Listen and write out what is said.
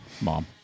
Mom